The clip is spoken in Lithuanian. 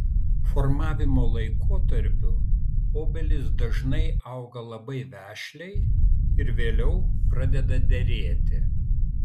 formavimo laikotarpiu obelys dažnai auga labai vešliai ir vėliau pradeda derėti